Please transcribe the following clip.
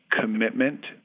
commitment